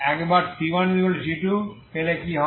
একবার c1c2 পেলে কি হয়